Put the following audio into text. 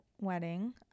wedding